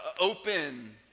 open